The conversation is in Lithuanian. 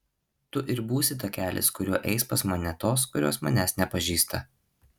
tu ir būsi takelis kuriuo eis pas mane tos kurios manęs nepažįsta